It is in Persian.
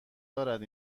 دارد